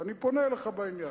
ואני פונה אליך בעניין.